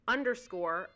underscore